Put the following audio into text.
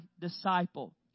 disciple